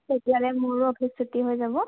তেতিয়ালে মোৰো অফিচ ছুটি হৈ যাব